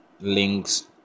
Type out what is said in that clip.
links